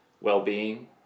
well-being